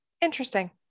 Interesting